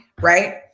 right